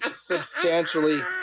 substantially